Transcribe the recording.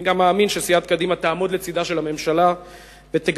ומאמין שסיעת קדימה תעמוד לצדה של הממשלה ותגבה